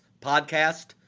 podcast